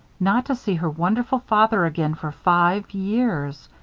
not to see her wonderful father again for five years.